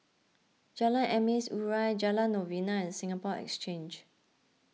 Jalan Emas Urai Jalan Novena and Singapore Exchange